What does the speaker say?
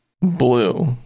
Blue